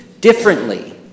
differently